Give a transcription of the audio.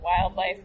Wildlife